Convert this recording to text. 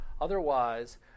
otherwise